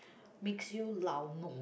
makes you lau nua